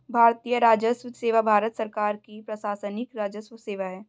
भारतीय राजस्व सेवा भारत सरकार की प्रशासनिक राजस्व सेवा है